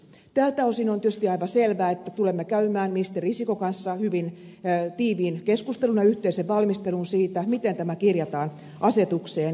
tältä osin on tietysti aivan selvää että tulemme käymään ministeri risikon kanssa hyvin tiiviin keskustelun ja yhteisen valmistelun siitä miten tämä kirjataan asetukseen